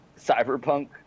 cyberpunk